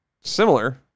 similar